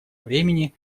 времени